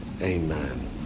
Amen